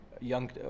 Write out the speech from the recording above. young